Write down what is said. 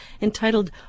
entitled